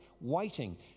waiting